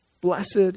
Blessed